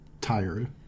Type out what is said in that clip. tired